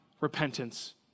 repentance